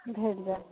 भेजबै